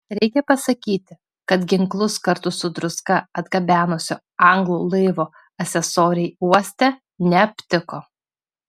reikia pasakyti kad ginklus kartu su druska atgabenusio anglų laivo asesoriai uoste neaptiko